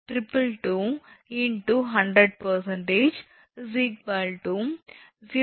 0909